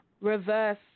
reverse